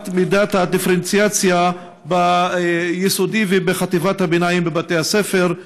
העמקת מידת הדיפרנציאציה ביסודי ובחטיבת הביניים בבתי הספר.